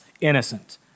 innocent